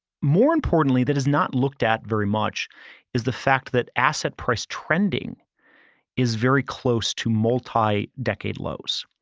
more importantly that is not looked at very much is the fact that asset price trending is very close to multi-decade lows.